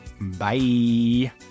bye